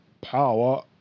power